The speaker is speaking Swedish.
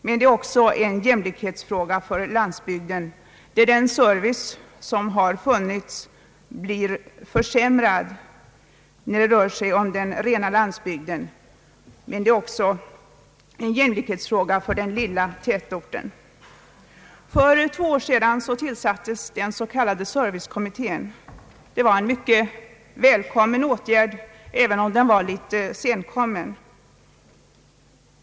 Men det är också en jämlikhetsfråga för landsbygden. Den service som funnits har blivit försämrad när det gäller rena landsbygden. Men det är också en jämlikhetsfråga för den lilla tätorten. För två år sedan tillsattes den s.k. servicekommittén. Det var en mycket välkommen åtgärd, även om den var litet senkommen.